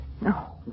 No